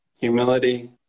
humility